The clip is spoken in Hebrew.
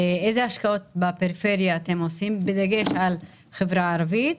איזה השקעות בפריפריה אתם עושים בדגש על חברה ערבית?